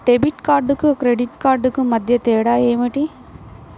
Debit కార్డుకు credit credit కార్డుకు మధ్య తేడా ఏమిటీ?